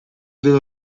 deve